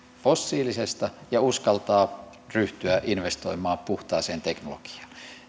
fossiilisesta ja uskaltavat ryhtyä investoimaan puhtaaseen teknologiaan